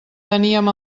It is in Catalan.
teníem